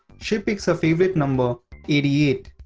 she picks her favorite number eighty eight,